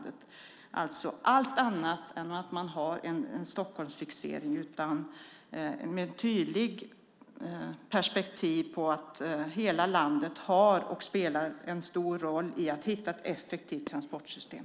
Det handlar alltså om allt annat än att man har en Stockholmsfixering. I stället gäller ett tydligt perspektiv på att hela landet har och spelar en stor roll i att hitta ett effektivt transportsystem.